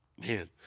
man